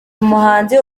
umuhanzi